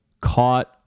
caught